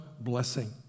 blessing